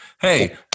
Hey